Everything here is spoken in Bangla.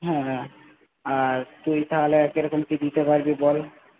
হ্যাঁ হ্যাঁ আর তুই তাহলে কীরকম কী দিতে পারবি বল